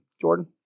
Jordan